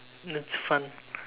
that's fun